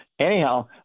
Anyhow